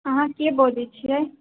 अहाँ के बजै छिए